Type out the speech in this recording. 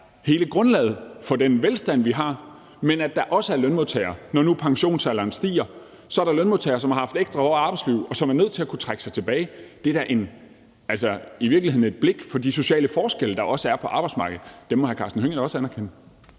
hele grundlaget for den velstand, vi har, men at det også er sådan, at der er lønmodtager, som har haft ekstra hårde arbejdsliv, og som, når nu pensionsalderen stiger, er nødt til at kunne trække sig tilbage. Det er da i virkeligheden at have blik for de sociale forskelle, der også er på arbejdsmarkedet. Det må hr. Karsten Hønge da også anerkende.